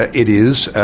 ah it is,